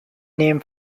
name